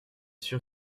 sûr